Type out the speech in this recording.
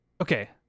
okay